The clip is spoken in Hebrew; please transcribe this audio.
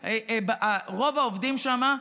רוב העובדים שם,